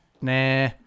Nah